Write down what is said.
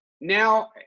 now